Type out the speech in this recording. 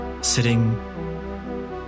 sitting